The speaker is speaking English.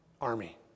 army